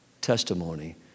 testimony